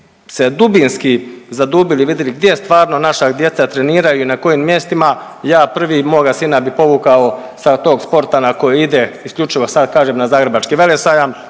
se dubinski zadubili i vidjeli gdje stvarno naša djeca treniraju i na kojim mjestima ja prvi moga sina bi povukao sa tog sporta na koji ide isključivo sad kažem na Zagrebački velesajam,